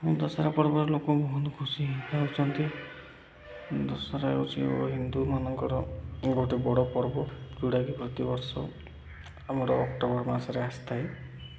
ଦଶହରା ପର୍ବର ଲୋକ ବହୁତ ଖୁସି ହେଉଥାଉଛନ୍ତି ଦଶହରା ହେଉଛି ହିନ୍ଦୁମାନଙ୍କର ଗୋଟେ ବଡ଼ ପର୍ବ ଯେଉଁଟାକି ପ୍ରତିବର୍ଷ ଆମର ଅକ୍ଟୋବର ମାସରେ ଆସିଥାଏ